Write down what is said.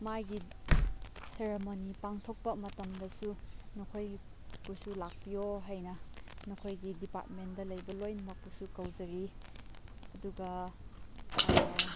ꯃꯥꯒꯤ ꯁꯦꯔꯦꯃꯣꯅꯤ ꯄꯥꯡꯊꯣꯛꯄ ꯃꯇꯝꯗꯁꯨ ꯅꯈꯣꯏꯕꯨꯁꯨ ꯂꯥꯛꯄꯤꯌꯣ ꯍꯥꯏꯅ ꯅꯈꯣꯏꯒꯤ ꯗꯤꯄꯥꯔꯠꯃꯦꯟꯗ ꯂꯩꯕ ꯂꯣꯏꯅꯃꯛꯄꯨꯁꯨ ꯀꯧꯖꯔꯤ ꯑꯗꯨꯒ